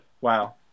Wow